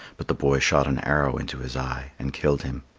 but the boy shot an arrow into his eye and killed him.